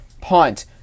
punt